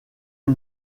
est